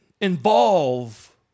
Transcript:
involve